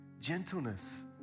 gentleness